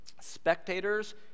spectators